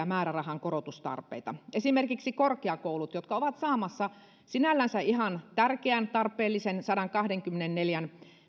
määrärahan korotustarpeita esimerkiksi korkeakoulut ovat saamassa sinällänsä ihan tärkeän tarpeellisen sadankahdenkymmenenneljän